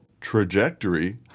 trajectory